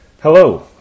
Hello